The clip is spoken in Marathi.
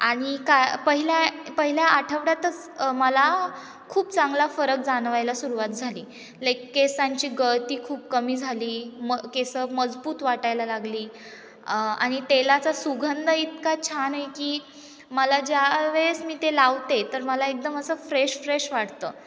आणि का पहिल्या पहिल्या आठवड्यातच मला खूप चांगला फरक जाणवायला सुरुवात झाली लाईक केसांची गळती खूप कमी झाली मग केस मजबूत वाटायला लागली आणि तेलाचा सुगंध इतका छान आहे की मला ज्यावेळेस मी ते लावते तर मला एकदम असं फ्रेश फ्रेश वाटतं